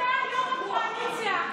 אתה יו"ר הקואליציה.